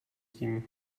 tím